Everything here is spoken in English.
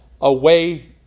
away